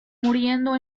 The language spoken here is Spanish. muriendo